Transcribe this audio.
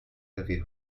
heavy